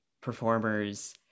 performers